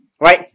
Right